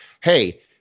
hey